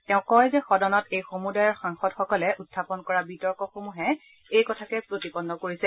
তেওঁ কয় যে সদনত এই সমুদায়ৰ সাংসদসকলে উখাপন কৰা বিতৰ্কসমূহে এই কথাকে প্ৰতিপন্ন কৰিছে